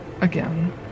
again